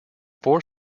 four